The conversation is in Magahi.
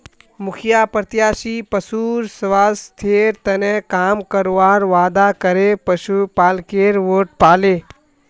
मुखिया प्रत्याशी पशुर स्वास्थ्येर तने काम करवार वादा करे पशुपालकेर वोट पाले